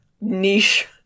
niche